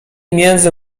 między